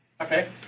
Okay